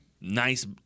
nice